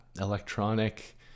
electronic